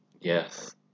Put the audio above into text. Yes